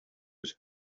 his